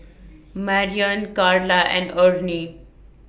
Marrion Karla and Ernie